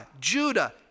Judah